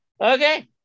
Okay